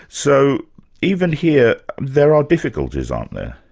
so even here, there are difficulties, aren't there?